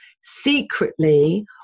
secretly